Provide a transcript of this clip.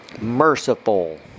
merciful